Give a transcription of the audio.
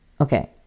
Okay